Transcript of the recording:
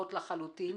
סבירות לחלוטין.